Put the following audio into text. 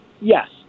yes